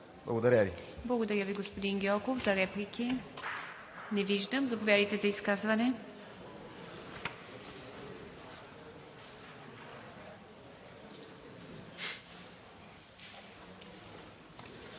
Благодаря Ви, господин Гьоков. Реплики? Не виждам. Заповядайте за изказване.